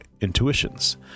intuitions